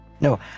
No